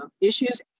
issues